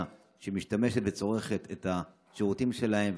שמשתמשת וצורכת את השירותים שלהם,